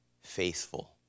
faithful